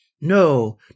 No